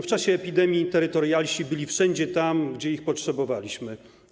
W czasie epidemii terytorialsi byli wszędzie tam, gdzie ich potrzebowaliśmy.